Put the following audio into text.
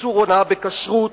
איסור הונאה בכשרות.